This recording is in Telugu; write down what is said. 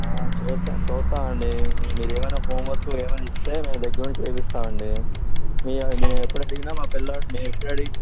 చూస్తాం చూస్తామండీ మీరేమైనా హో వర్కు ఏమైనా ఇస్తే మేము దగ్గరుండి చేపిస్తామండి మే మేమెప్పుడడిగినా మా పిల్లోడు మేమెప్పుడడిగినా